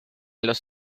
los